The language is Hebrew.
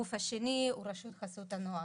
והגוף השני הוא רשות חסות הנוער.